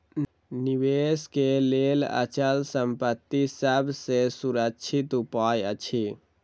निवेश के लेल अचल संपत्ति सभ सॅ सुरक्षित उपाय अछि